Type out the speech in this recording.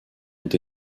ont